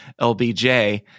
LBJ